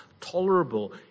tolerable